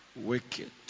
wicked